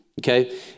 okay